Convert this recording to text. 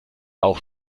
auch